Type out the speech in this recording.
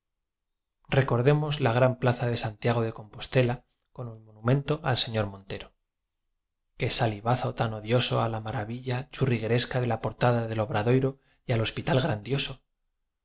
deplorable recordemos la gran plaza de santiago de compostela con el monumento al señor montero qué salivazo tan odioso a la maravilla churrigueresca de la portada del obradoiro y al hospital grandioso